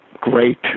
great